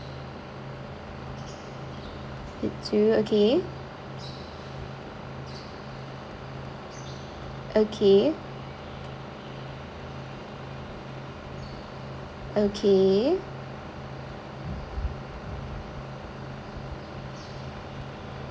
okay okay okay